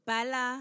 Bala